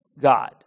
God